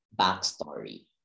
backstory